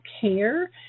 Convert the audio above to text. Care